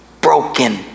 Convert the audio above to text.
broken